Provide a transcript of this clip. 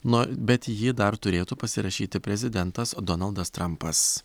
no bet jį dar turėtų pasirašyti prezidentas donaldas trampas